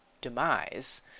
demise